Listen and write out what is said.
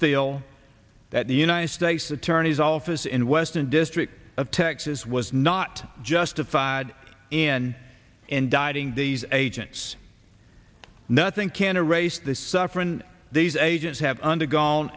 feel that the united states the tourney's office in western district of texas was not justified in indicting these agents nothing can erase the suffering these agents have undergone